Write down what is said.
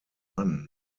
one